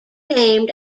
named